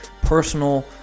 personal